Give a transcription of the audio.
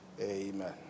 Amen